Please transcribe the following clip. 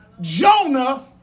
Jonah